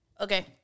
okay